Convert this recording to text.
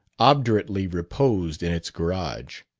obdurately reposed in its garage.